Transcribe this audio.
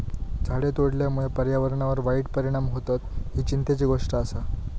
झाडे तोडल्यामुळे पर्यावरणावर वाईट परिणाम होतत, ही चिंतेची गोष्ट आसा